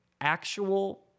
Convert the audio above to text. actual